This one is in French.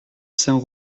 saint